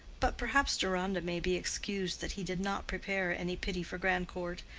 but perhaps deronda may be excused that he did not prepare any pity for grandcourt,